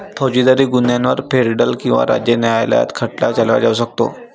फौजदारी गुन्ह्यांवर फेडरल किंवा राज्य न्यायालयात खटला चालवला जाऊ शकतो